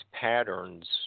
patterns